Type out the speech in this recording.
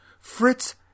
Fritz